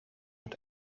het